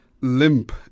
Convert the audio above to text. limp